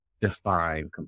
define